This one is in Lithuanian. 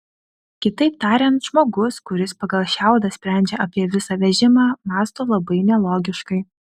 kitaip tariant žmogus kuris pagal šiaudą sprendžia apie visą vežimą mąsto labai nelogiškai